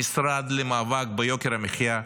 למשרד למאבק ביוקר המחיה.